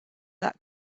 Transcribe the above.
that